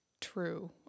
true